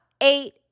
eight